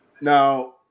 Now